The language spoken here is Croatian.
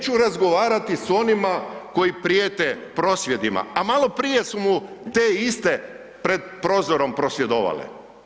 Neću razgovarati s onima koji prijete prosvjedima, a maloprije su mu te iste pred prozorom prosvjedovale.